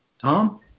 Tom